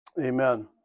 Amen